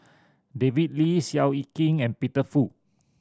David Lee Seow Yit Kin and Peter Fu